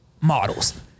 models